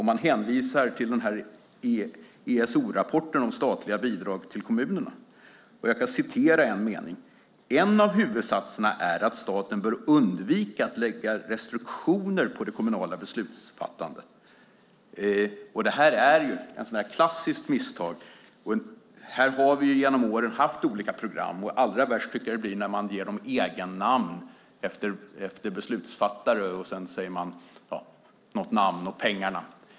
Man hänvisar till ESO-rapporten om statliga bidrag till kommunerna. Där står det så här: En av huvudsatserna är att staten bör undvika att lägga restriktioner på det kommunala beslutsfattandet. Det är ett klassiskt misstag. Genom åren har vi haft olika program. Allra värst blir det när man ger dem namn efter beslutsfattaren.